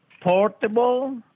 Portable